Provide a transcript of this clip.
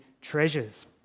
treasures